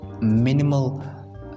minimal